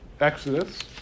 Exodus